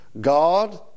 God